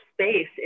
space